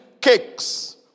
cakes